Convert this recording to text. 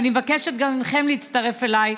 ואני מבקשת גם מכם להצטרף אליי,